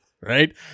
Right